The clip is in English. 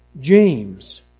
James